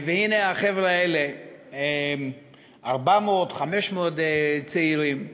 והנה, החבר'ה האלה, 500-400 צעירים,